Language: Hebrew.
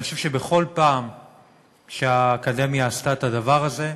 אני חושב שבכל פעם שהאקדמיה עשתה את הדבר הזה,